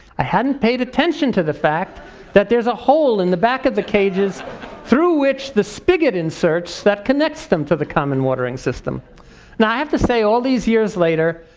i hadn't paid attention to the fact that there's a hole in the back of the cages through which the spigot inserts that connects them to the common watering system. now i have to say, all these years later,